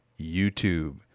YouTube